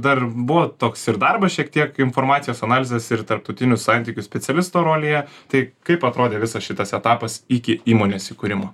dar buvo toks ir darbas šiek tiek informacijos analizės ir tarptautinių santykių specialisto rolėje tai kaip atrodė visas šitas etapas iki įmonės įkūrimo